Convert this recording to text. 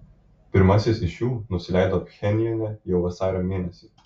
pirmasis iš jų nusileido pchenjane jau vasario mėnesį